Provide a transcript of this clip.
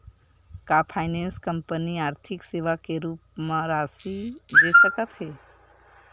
का finance company आर्थिक सेवा के रूप म राशि दे सकत हे?